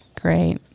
great